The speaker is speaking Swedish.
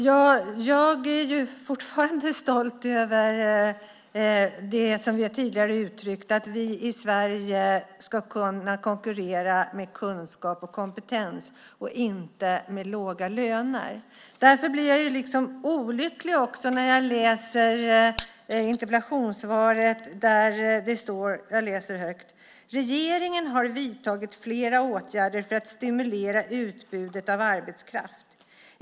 Herr talman! Jag är fortfarande stolt över det som vi tidigare uttryckt att vi i Sverige ska kunna konkurrera med kunskap och kompetens och inte med låga löner. Därför blir jag olycklig när jag läser interpellationssvaret. I svaret står: Regeringen har vidtagit flera åtgärder för att stimulera utbudet av arbetskraft.